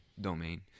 domain